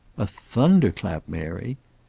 a thunderclap, mary!